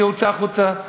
שהוצא החוצה,